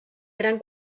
gran